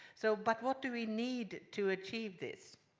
so but what do we need to achieve this?